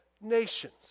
nations